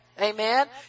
Amen